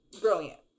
brilliant